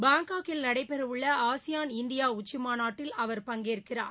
பாங்காக்கில் நடைபெறவுள்ள ASEAN India உச்சிமாநாட்டில் அவர் பங்கேற்கிறார்